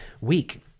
week